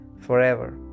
forever